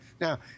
Now